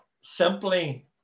simply